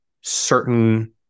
certain